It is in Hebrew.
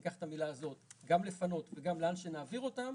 ניקח את המילה הזאת גם לפנות וגם לאן שנעביר אותם